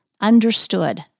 understood